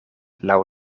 laŭ